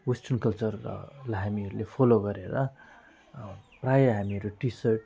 western कल्चरलाई हामीहरूले follow गरेर प्रायः हामीहरू टी सर्ट